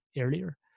earlier